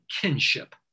kinship